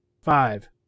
Five